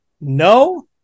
no